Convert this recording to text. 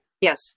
Yes